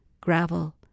gravel